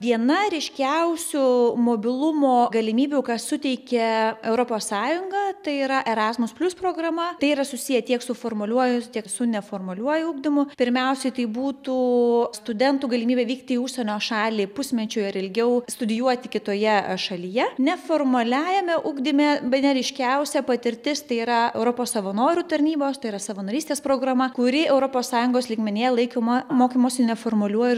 viena ryškiausių mobilumo galimybių ką suteikia europos sąjunga tai yra erasmus plius programa tai yra susiję tiek su formaliuoju tiek su neformaliuoju ugdymu pirmiausiai tai būtų studentų galimybė vykti į užsienio šalį pusmečiui ar ilgiau studijuoti kitoje šalyje neformaliajame ugdyme bene ryškiausia patirtis tai yra europos savanorių tarnybos tai yra savanorystės programa kuri europos sąjungos lygmenyje laikoma mokymosi neformaliuoju ir